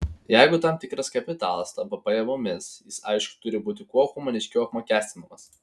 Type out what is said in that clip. jeigu tam tikras kapitalas tampa pajamomis jis aišku turi būti kuo humaniškiau apmokestinamas